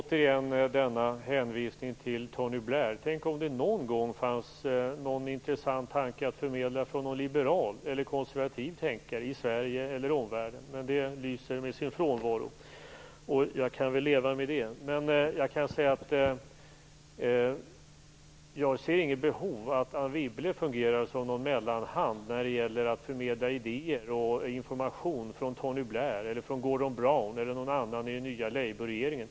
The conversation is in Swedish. Herr talman! Återigen hänvisas det till Tony Blair. Tänk om det någon gång fanns något intressant att förmedla från någon liberal eller konservativ tänkare i Sverige eller i omvärlden. Något sådant lyser med sin frånvaro, men jag kan leva med det. Jag ser inget behov av att Anne Wibble skall fungera som någon mellanhand när det gäller att förmedla idéer och information från Tony Blair, Gordon Brown eller någon annan i den nya Labourregeringen.